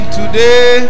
today